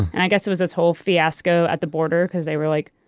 and i guess it was this whole fiasco at the border because they were like,